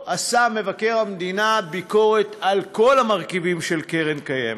מבקר המדינה לא עשה ביקורת על כל המרכיבים של קרן קיימת.